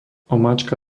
omáčka